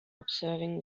observing